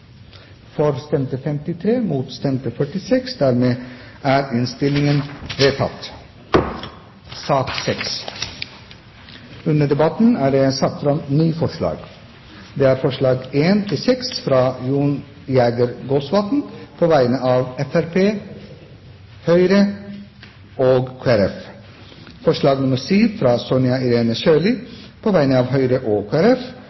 for ansatte som vil kjøpe aksjer i egen bedrift.» I sak nr. 5 foreligger det ikke noe voteringstema. Under debatten er det satt fram ni forslag. Det er forslagene nr. 1–6, fra Jon Jæger Gåsvatn på vegne av Fremskrittspartiet, Høyre og Kristelig Folkeparti forslag nr. 7, fra Sonja Irene Sjøli på vegne av Høyre og